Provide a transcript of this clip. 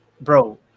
bro